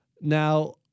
Now